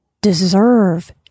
deserve